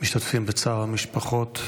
משתתפים בצער המשפחות,